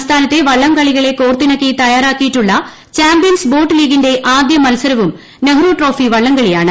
സംസ്ഥാനത്തെ വള്ളംകളികളെ കോർത്തിണക്കി തയ്യാറാക്കിയിട്ടുള്ള ചാമ്പ്യൻസ് ബ്രോട്ട് ലീഗിന്റെ ആദ്യ മത്സരവും നെഹ്റു ട്രോഫി വള്ളംകളിയാണ്